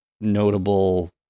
notable